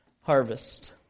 harvest